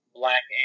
black